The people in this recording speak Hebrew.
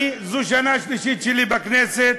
זו השנה השלישית שלי בכנסת,